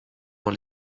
dans